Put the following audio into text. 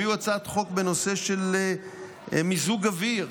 הביאו הצעת חוק בנושא של מיזוג אוויר